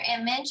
image